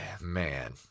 man